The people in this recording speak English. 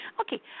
Okay